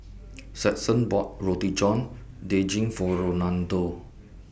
Stetson bought Roti John Daging For Rolando